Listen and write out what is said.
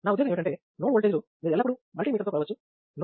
నా ఉద్దేశ్యం ఏమిటంటే నోడ్ ఓల్టేజ్ లు మీరు ఎల్లప్పుడూ మల్టీమీటర్ తో కొలవవచ్చు